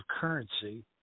currency